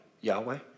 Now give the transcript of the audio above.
Yahweh